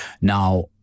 Now